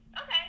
Okay